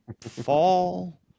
fall